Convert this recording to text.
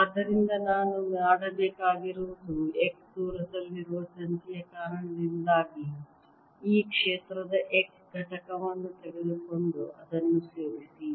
ಆದ್ದರಿಂದ ನಾನು ಮಾಡಬೇಕಾಗಿರುವುದು x ದೂರದಲ್ಲಿರುವ ತಂತಿಯ ಕಾರಣದಿಂದಾಗಿ ಈ ಕ್ಷೇತ್ರದ x ಘಟಕವನ್ನು ತೆಗೆದುಕೊಂಡು ಅದನ್ನು ಸೇರಿಸಿ